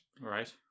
Right